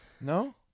No